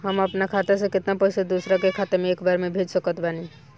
हम अपना खाता से केतना पैसा दोसरा के खाता मे एक बार मे भेज सकत बानी?